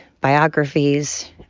biographies